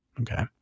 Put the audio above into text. Okay